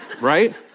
right